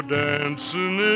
dancing